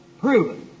proven